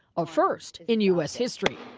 a first in u s. history.